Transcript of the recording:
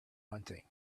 hunting